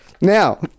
Now